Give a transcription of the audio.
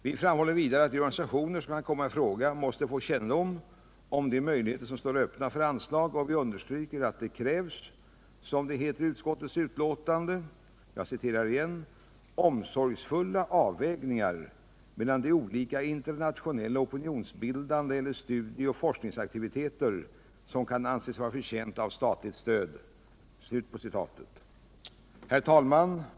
Vi framhåller vidare att de organisationer som kan komma i fråga måste få kännedom om de möjligheter som står öppna för anslag, och vi understryker, som det heter i utskottsbetänkandet, att det krävs ”omsorgsfulla avvägningar mellan de olika internationella opinionsbildande eller studieoch forskningsaktiviteter som kan anses förtjänta av statligt svenskt stöd”. Herr talman!